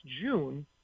June